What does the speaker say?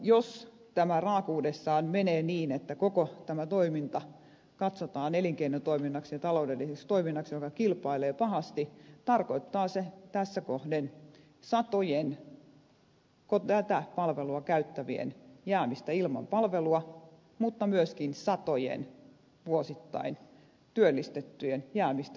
jos tämä raakuudessaan menee niin että koko tämä toiminta katsotaan elinkeinotoiminnaksi ja taloudelliseksi toiminnaksi joka kilpailee pahasti tarkoittaa se tässä kohden satojen tätä palvelua käyttävien jäämistä ilman palvelua mutta myöskin satojen vuosittain työllistettyjen jäämistä ilman työpaikkaa